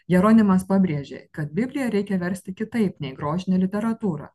jeronimas pabrėžė kad bibliją reikia versti kitaip nei grožinę literatūrą